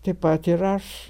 taip pat ir aš